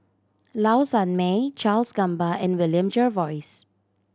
Low Sanmay Charles Gamba and William Jervois